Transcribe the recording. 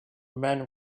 men